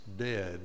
dead